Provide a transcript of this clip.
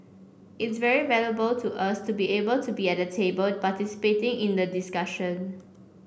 it's very valuable to us to be able to be at the table participating in the discussion